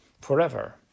forever